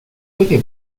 puede